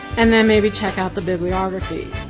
and then maybe check out the bibliography.